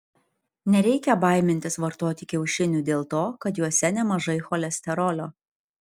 nereikia baimintis vartoti kiaušinių dėl to kad juose nemažai cholesterolio